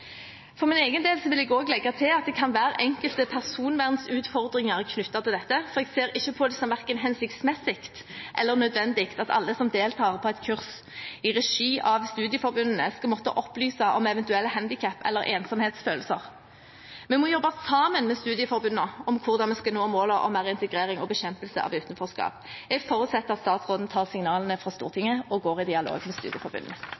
For min egen del vil jeg også legge til at det kan være enkelte personvernutfordringer knyttet til dette, for jeg ser ikke på det som verken hensiktsmessig eller nødvendig at alle som deltar på et kurs i regi av studieforbundene, skal måtte opplyse om eventuelle handikap eller ensomhetsfølelser. Vi må jobbe sammen med studieforbundene om hvordan vi skal nå målene om mer integrering og bekjempelse av utenforskap. Jeg forutsetter at statsråden tar signalene fra Stortinget og går i dialog med studieforbundene.